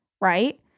right